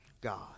God